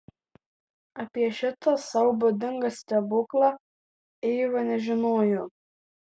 apie šitą sau būdingą stebuklą eiva nežinojo